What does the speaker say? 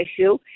issue